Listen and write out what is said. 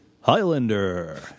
Highlander